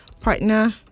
partner